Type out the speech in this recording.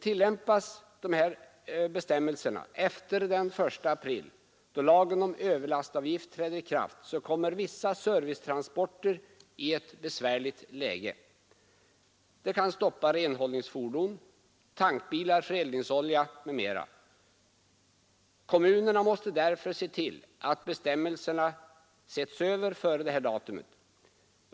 Tillämpas dessa bestämmelser efter den 1 april, då lagen om överlastavgift träder i kraft, kommer vissa servicetransporter i ett besvärligt läge. Det kan stoppa renhållningsfordon, tankbilar för eldningsolja m.m. Kommunerna måste därför se över bestämmelserna före detta datum.